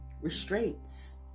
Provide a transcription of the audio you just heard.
restraints